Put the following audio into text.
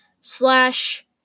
slash